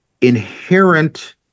inherent